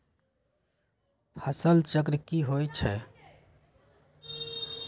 फसल चक्र की होइ छई?